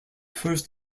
first